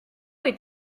est